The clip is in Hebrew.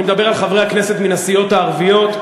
אני מדבר על חברי הכנסת מן הסיעות הערביות,